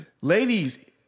Ladies